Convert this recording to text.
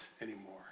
anymore